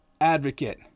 advocate